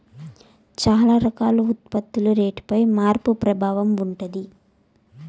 చాలా రకాల ఉత్పత్తుల రేటుపై మార్పు ప్రభావం ఉంటది